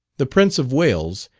the prince of wales,